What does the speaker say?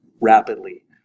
rapidly